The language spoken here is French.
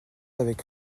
avec